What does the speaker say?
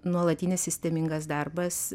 nuolatinis sistemingas darbas